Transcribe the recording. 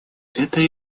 эта